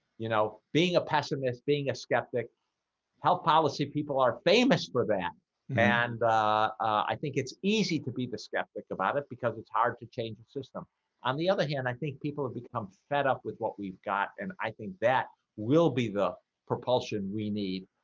you know being a pessimist being a skeptic how policy people are famous for them and i think it's easy to be the skeptic about it because it's hard to change the system on the other hand i think people have become fed up with what we've got. and i think that will be the propulsion we need